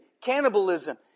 Cannibalism